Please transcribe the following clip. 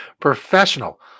professional